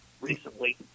recently